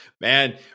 Man